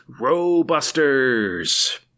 Robusters